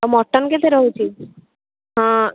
ଆଉ ମଟନ୍ କେତେ ରହୁଛି ହଁ